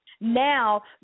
now